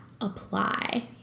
apply